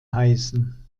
heißen